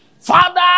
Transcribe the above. Father